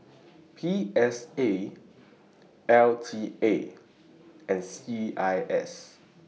P S A L T A and C I S